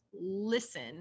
listen